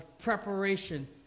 preparation